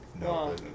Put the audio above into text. No